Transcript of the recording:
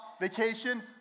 vacation